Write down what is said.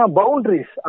boundaries